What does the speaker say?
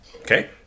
Okay